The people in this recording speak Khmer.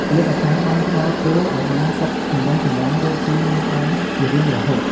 លោកអាចារ្យបានផ្តល់ពរឱ្យបានសុខចំរុងចម្រើន រកស៊ីមានបានជារៀងរហូត។